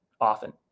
often